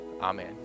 Amen